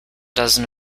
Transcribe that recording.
dozen